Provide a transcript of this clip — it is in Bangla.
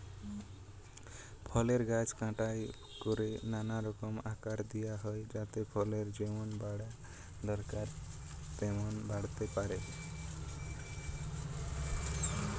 ফলের গাছ ছাঁটাই কোরে নানা রকম আকার দিয়া হয় যাতে ফলের যেমন বাড়া দরকার তেমন বাড়তে পারে